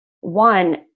one